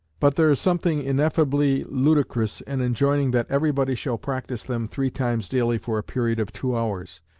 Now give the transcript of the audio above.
but there is something ineffably ludicrous in enjoining that everybody shall practise them three times daily for a period of two hours,